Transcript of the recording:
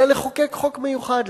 אלא לחוקק חוק מיוחד,